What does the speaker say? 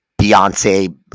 Beyonce